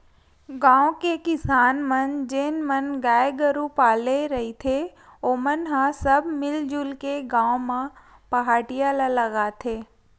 गाँव के किसान मन जेन मन गाय गरु पाले रहिथे ओमन ह सब मिलजुल के गाँव म पहाटिया ल लगाथे